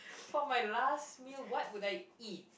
for my last meal what would I eat